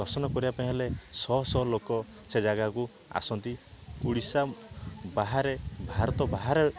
ଦର୍ଶନ କରିବା ପାଇଁ ହେଲେ ଶହ ଶହ ଲୋକ ସେ ଜାଗାକୁ ଆସନ୍ତି ଓଡ଼ିଶା ବାହାରେ ଭାରତ ବାହାରେ